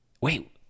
Wait